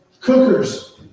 cookers